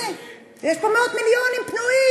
הנה, יש פה מאות מיליונים פנויים.